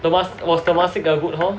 was Temasek a good hall